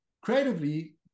creatively